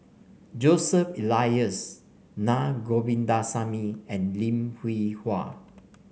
Joseph Elias Naa Govindasamy and Lim Hwee Hua